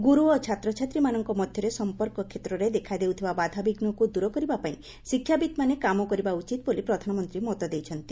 ଗୁରୁ ଓ ଛାତ୍ରଛାତ୍ରୀମାନଙ୍କ ମଧ୍ୟରେ ସଂପର୍କ କ୍ଷେତ୍ରରେ ଦେଖା ଦେଉଥିବା ବାଧାବିଘୁକ୍ ଦ୍ର କରିବା ପାଇଁ ଶିକ୍ଷାବିତ୍ମାନେ କାମ କରିବା ଉଚିତ୍ ବୋଲି ପ୍ରଧାନମନ୍ତ୍ରୀ ମତ ଦେଇଛନ୍ତି